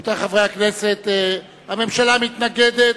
רבותי חברי הכנסת, הממשלה מתנגדת.